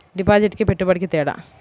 డిపాజిట్కి పెట్టుబడికి తేడా?